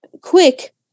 quick